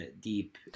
deep